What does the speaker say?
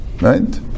Right